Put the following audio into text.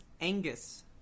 Angus